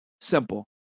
Simple